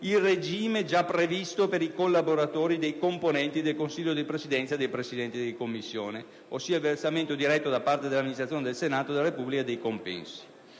il regime già previsto per i collaboratori dei componenti del Consiglio di Presidenza e dei Presidenti di Commissione, ossia il versamento diretto da parte dell'amministrazione del Senato della Repubblica dei compensi